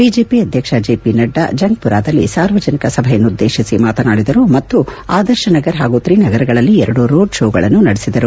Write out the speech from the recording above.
BJP ಅಧ್ಯಕ್ಷ J P Nadda ಜಂಗ್ಪುರಾದಲ್ಲಿ ಸಾರ್ವಜನಿಕ ಸಭೆಯನ್ನು ಉದ್ದೇಶಿಸಿ ಮಾತನಾದಿದರು ಮತ್ತು ಆದರ್ಶ್ ನಗರ್ ಹಾಗೂ ತ್ರಿನಗರ್ಗಳಲ್ಲಿ ಎರಡು ರೋಡ್ ಶೋಗಳನ್ನು ನಡೆಸಿದರು